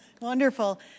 wonderful